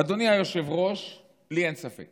אדוני היושב-ראש, אין לי ספק